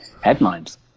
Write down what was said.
headlines